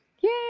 Yay